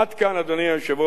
עד כאן, אדוני היושב-ראש,